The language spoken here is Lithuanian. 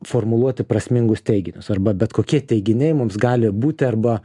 formuluoti prasmingus teiginius arba bet kokie teiginiai mums gali būti arba